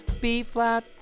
B-flat